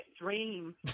dream